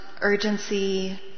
urgency